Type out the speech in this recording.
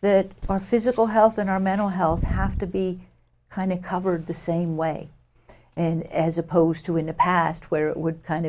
that our physical health and our mental health have to be kind of covered the same way and as opposed to in the past where it would kind